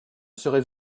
serais